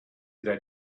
that